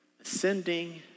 ascending